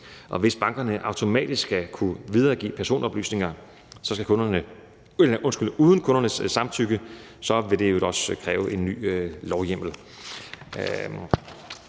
Hvis bankerne automatisk skal kunne videregive personoplysninger uden kundernes samtykke, vil det i øvrigt også kræve en ny lovhjemmel.